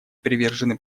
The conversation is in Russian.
привержены